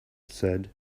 said